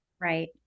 Right